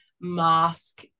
mask